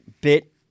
bit